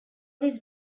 this